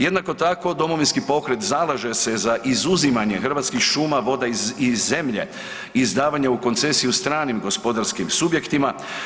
Jednako tako Domovinski pokret zalaže se za izuzimanje hrvatskih šuma, voda i zemlje izdavanje u koncesiju stranim gospodarskim subjektima.